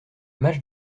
match